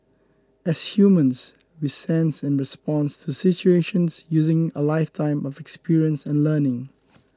as humans we sense and respond to situations using a lifetime of experience and learning